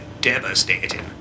devastating